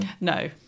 No